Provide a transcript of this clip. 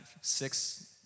six